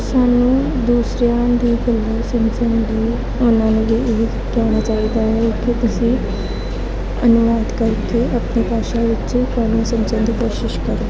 ਸਾਨੂੰ ਦੂਸਰਿਆਂ ਦੀਆਂ ਗੱਲਾਂ ਸਮਝਣ ਲਈ ਉਨ੍ਹਾਂ ਨੂੰ ਵੀ ਇਹ ਕਹਿਣਾ ਚਾਹੀਦਾ ਹੈ ਕਿ ਤੁਸੀਂ ਅਨੁਵਾਦ ਕਰਕੇ ਆਪਣੀ ਭਾਸ਼ਾ ਵਿੱਚ ਗੱਲ ਨੂੰ ਸਮਝਣ ਦੀ ਕੋਸ਼ਿਸ਼ ਕਰੋ